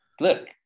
Look